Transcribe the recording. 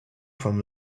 from